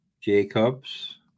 Jacobs